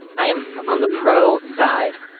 i am on the pro side.